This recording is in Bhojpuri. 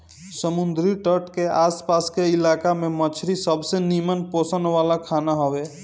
समुंदरी तट के आस पास के इलाका में मछरी सबसे निमन पोषण वाला खाना हवे